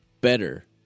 better